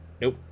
nope